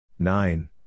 Nine